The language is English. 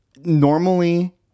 normally